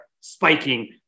spiking